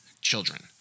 children